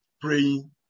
praying